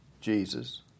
Jesus